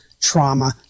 trauma